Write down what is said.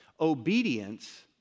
Obedience